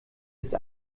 ist